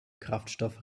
kraftstoff